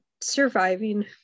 Surviving